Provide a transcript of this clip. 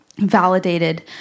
validated